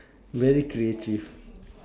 very creative